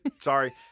sorry